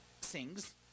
sings